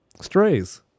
Strays